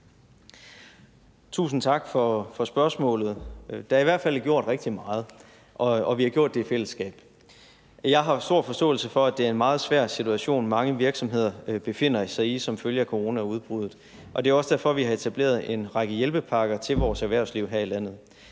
Tusind tak for spørgsmålet. Det er i hvert fald gjort rigtig meget, og vi har gjort det i fællesskab. Jeg har stor forståelse for, at det er en meget svær situation, mange virksomheder befinder sig i som følge af coronaudbruddet, og det er også derfor, at vi har etableret en række hjælpepakker til vores erhvervsliv her i landet.